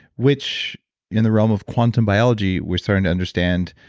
which in the realm of quantum biology, we're starting to understand,